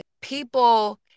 people